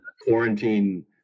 quarantine